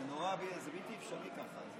זה בלתי אפשרי ככה.